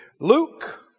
Luke